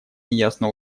неясно